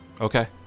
Okay